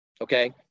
okay